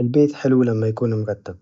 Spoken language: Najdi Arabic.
البيت حلو لما يكون مرتب،